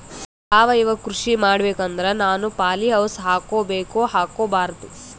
ಸಾವಯವ ಕೃಷಿ ಮಾಡಬೇಕು ಅಂದ್ರ ನಾನು ಪಾಲಿಹೌಸ್ ಹಾಕೋಬೇಕೊ ಹಾಕ್ಕೋಬಾರ್ದು?